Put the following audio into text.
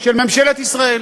של ממשלת ישראל?